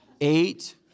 Eight